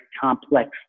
complex